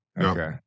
Okay